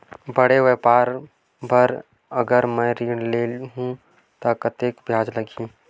बड़े व्यापार बर अगर मैं ऋण ले हू त कतेकन ब्याज लगही?